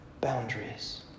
boundaries